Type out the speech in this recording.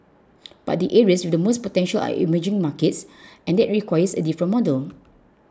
but the areas with the most potential are emerging markets and that requires a different model